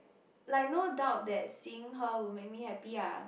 like no doubt that seeing her would make me happy ah